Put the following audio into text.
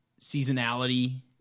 seasonality